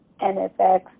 NFX